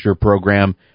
program